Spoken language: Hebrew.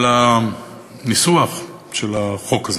על הניסוח של החוק הזה.